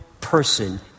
person